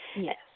Yes